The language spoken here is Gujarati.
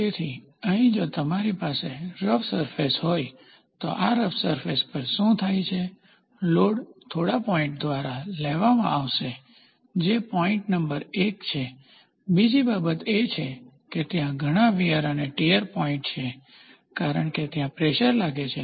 તેથી અહીં જો તમારી પાસે રફ સરફેસ હોય તો આ રફ સરફેસ પર શું થાય છે લોડ થોડા પોઇન્ટ્સ દ્વારા લેવામાં આવશે જે પોઇન્ટ નંબર એક છે બીજી બાબત એ છે કે ત્યાં ઘણાં વીયર અને ટીયર પોઈન્ટ છે કારણ કે ત્યાં પ્રેશર લાગે છે